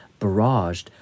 barraged